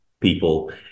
people